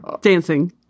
dancing